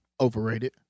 Overrated